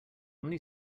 many